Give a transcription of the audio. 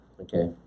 okay